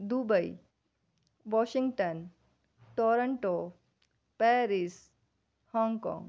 Dubai Washington Toronto Paris Hong Kong